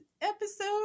episode